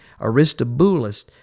Aristobulus